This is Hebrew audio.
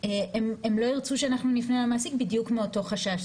הם לא ירצו שאנחנו נפנה למעסיק בדיוק מאותו חשש.